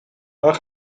waar